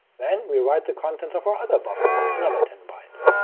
then we write the contents of our other buffer another ten bytes.